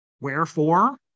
Wherefore